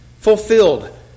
Fulfilled